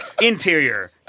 interior